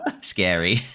scary